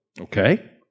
okay